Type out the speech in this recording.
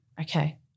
Okay